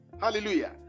hallelujah